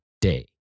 day